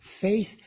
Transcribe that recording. faith